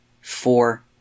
four